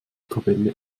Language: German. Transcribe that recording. tabelle